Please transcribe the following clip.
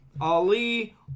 Ali